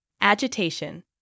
agitation